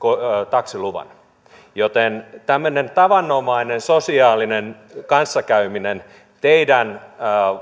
taksiluvan joten tämmöinen tavanomainen sosiaalinen kanssakäyminen teidän